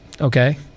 okay